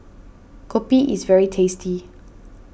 Kopi is very tasty